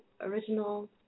original